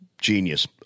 genius